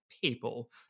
people